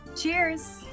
Cheers